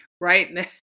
right